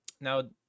Now